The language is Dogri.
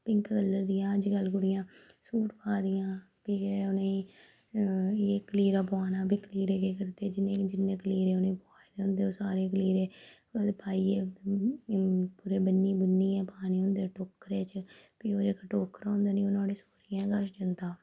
पिंक कलर दियां अज्जकल कुड़ियां सूट पा दियां फ्ही उ'नेंगी एह् कलीरा पोआना कलीरे केह् करदे जिन्ने जिन्ने कलीरे उ'नेंगी पुआए दे होंदे ओह् सारे कलीरे मतलब पाइयै कुदै बन्नी बुन्नियै पाने होंदे टोकरे च फ्ही ओह् जेह्का टोकरा होंदा नी नुआढ़े सौह्रियें दे घर जंदा